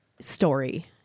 story